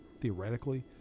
theoretically